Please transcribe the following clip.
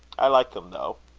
i like them though.